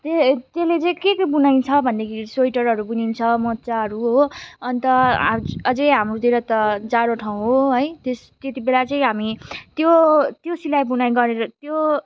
ते त्यसले चाहिँ के के बुनाइन्छ भन्दाखेरि स्वेटरहरू बुनिन्छ मोजाहरू हो अन्त अझ अझै हाम्रोतिर त जाडो ठाउँ हो है त्यस त्यत्ति बेला चाहिँ हामी त्यो त्यो सिलाइ बुनाइ गरेर त्यो